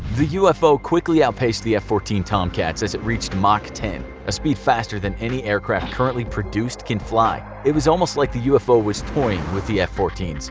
the ufo quickly outpaced the f fourteen tomcats as it reached mach ten, a speed faster than any aircraft currently produced can fly. it was almost like the ufo was toying with the f fourteen s.